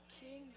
kingdom